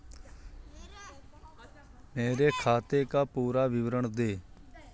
मेरे खाते का पुरा विवरण दे?